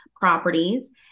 properties